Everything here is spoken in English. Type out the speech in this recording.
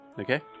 okay